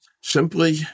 simply